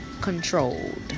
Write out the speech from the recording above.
controlled